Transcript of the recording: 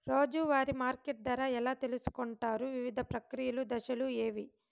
రోజూ వారి మార్కెట్ ధర ఎలా తెలుసుకొంటారు వివిధ ప్రక్రియలు దశలు ఏవి?